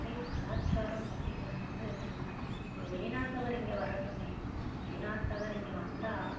தமிழ் கலாச்சாரம் அப்படிங்கிறது வந்து ஒரு வெளிநாட்டவர் இங்கே வரட்டுமே வெளிநாட்டவர் இங்கே வந்தால்